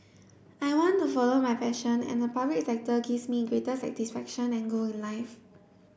I want to follow my passion and the public sector gives me greater satisfaction and goal in life